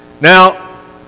Now